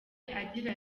agira